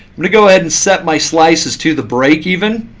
me go ahead and set my slices to the break even.